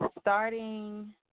starting